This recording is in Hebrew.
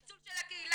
ניצול של הקהילה.